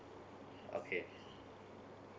okay